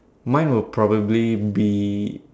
mine would probably be